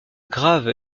grave